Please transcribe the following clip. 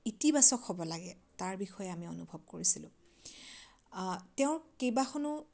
ইতিবাচক হ'ব লাগে তাৰ বিষয়ে আমি অনুভৱ কৰিছিলোঁ আ তেওঁৰ কেইবাখনো